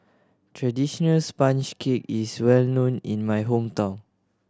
traditional sponge cake is well known in my hometown